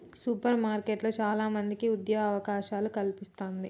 super మార్కెట్లు చాల మందికి ఉద్యోగ అవకాశాలను కల్పిస్తంది